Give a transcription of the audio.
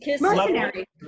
Mercenary